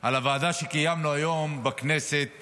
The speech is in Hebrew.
על הישיבה שקיימנו היום בכנסת